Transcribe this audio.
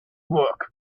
book